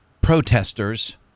protesters